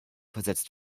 versetzt